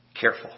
careful